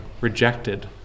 rejected